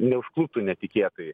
neužkluptų netikėtai